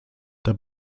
der